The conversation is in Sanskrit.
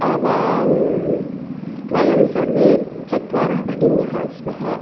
आवां वयं सर्वे चत्वारः भगिन्यः स्मः